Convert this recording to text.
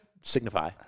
signify